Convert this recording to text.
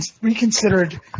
reconsidered